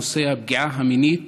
נושא הפגיעה המינית